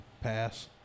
pass